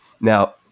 Now